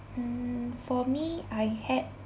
mm for me I had